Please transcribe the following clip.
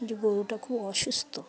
যে গরুটা খুব অসুস্থ